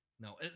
No